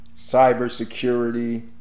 Cybersecurity